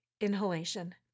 inhalation